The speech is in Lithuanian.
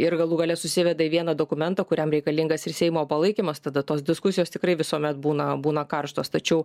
ir galų gale susiveda į vieną dokumentą kuriam reikalingas ir seimo palaikymas tada tos diskusijos tikrai visuomet būna būna karštos tačiau